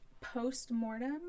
post-mortem